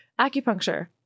Acupuncture